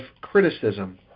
criticism